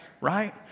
Right